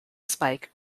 spike